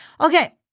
Okay